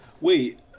Wait